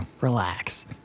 Relax